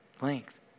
length